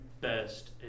best